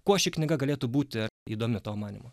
kuo ši knyga galėtų būti įdomi tavo manymu